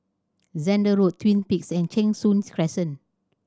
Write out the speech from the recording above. Zehnder Road Twin Peaks and Cheng Soon's Crescent